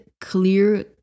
clear